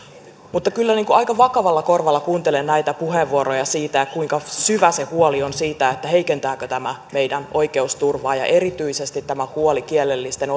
mutta kyllä aika vakavalla korvalla kuuntelen näitä puheenvuoroja siitä kuinka syvä se huoli on siitä heikentääkö tämä meidän oikeusturvaa ja erityisesti tämä huoli kielellisten